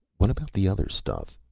what about the other stuff?